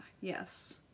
yes